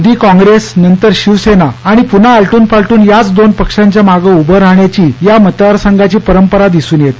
आधी काँप्रेस नंतर शिवसेना आणि पुन्हा आलटून पालटून याच दोन पक्षांच्या मागे उभं राहण्याची या मतदार संघाची परंपरा दिसून येते